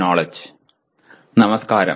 നമസ്കാരം